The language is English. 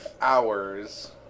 hours